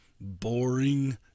boring